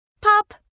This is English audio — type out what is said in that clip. Pop